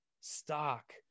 stock